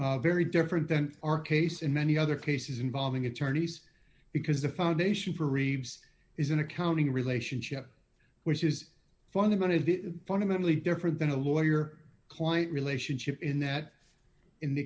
very different than our case in many other cases involving attorneys because the foundation for reeves is an accounting relationship which is fundamentally the fundamentally different than a lawyer client relationship in that in the